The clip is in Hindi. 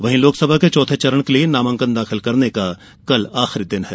वहीं लोकसभा के चौथे चरण के लिए नामांकन दाखिल करने का कल आखिरी दिन है